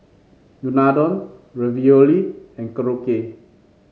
Unadon Ravioli and Korokke